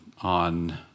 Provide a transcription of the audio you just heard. on